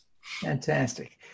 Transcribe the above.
Fantastic